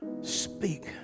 speak